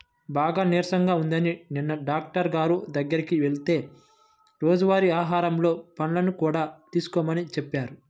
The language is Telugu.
బాగా నీరసంగా ఉందని నిన్న డాక్టరు గారి దగ్గరికి వెళ్తే రోజువారీ ఆహారంలో పండ్లను కూడా తీసుకోమని చెప్పాడు